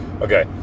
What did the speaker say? Okay